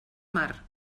mar